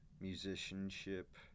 musicianship